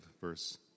verse